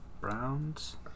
Browns